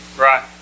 Right